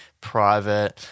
private